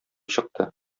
чыкты